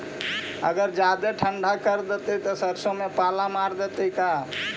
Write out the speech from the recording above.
अगर जादे ठंडा कर देतै तब सरसों में पाला मार देतै का?